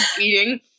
Eating